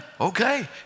okay